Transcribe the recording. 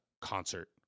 concert